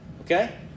Okay